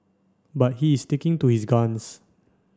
but he is sticking to his guns